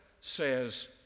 says